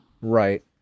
Right